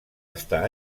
estar